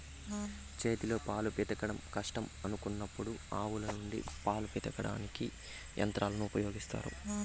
చేతితో పాలు పితకడం కష్టం అనుకున్నప్పుడు ఆవుల నుండి పాలను పితకడానికి యంత్రాలను ఉపయోగిత్తారు